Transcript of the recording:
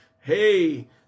Hey